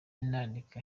nandika